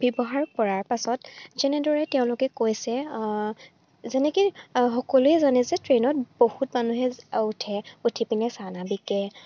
ব্যৱহাৰ কৰাৰ পাছত যেনেদৰে তেওঁলোকে কৈছে যেনেকৈ সকলোৱে জানে যে ট্ৰেইনত বহুত মানুহে উঠে উঠি পিনে চানা বিকে